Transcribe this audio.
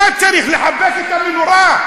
מה צריך, לחפש את המנורה?